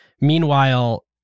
Meanwhile